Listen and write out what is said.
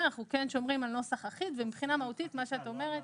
אנחנו כן שומרים על נוסח אחיד ומבחינה מהותית על מה שאת אומרת.